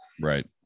right